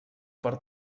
per